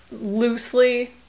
loosely